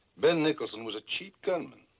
ben nicholson was a cheap gunman.